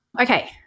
Okay